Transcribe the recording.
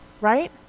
right